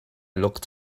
look